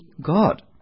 God